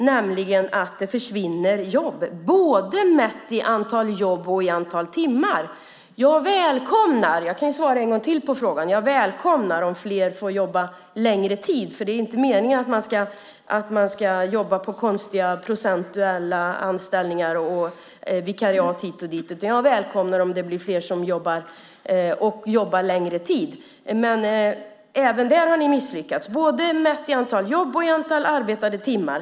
Det försvinner nämligen jobb, både mätt i antal jobb och mätt i antal timmar. Jag kan svara en gång till på frågan. Jag välkomnar om fler får jobba mer tid, för det är inte meningen att man ska jobba på konstiga procentuella anställningar och vikariat hit och dit. Jag välkomnar om det blir fler som jobbar och jobbar längre tid, men även där har ni misslyckats - både mätt i antal jobb och mätt i antal arbetade timmar.